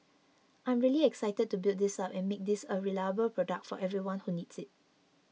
I'm really excited to build this up and make this a reliable product for everyone who needs it